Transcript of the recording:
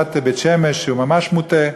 בפרשת בית-שמש שהוא ממש מוטה,